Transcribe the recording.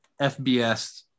FBS